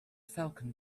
falcon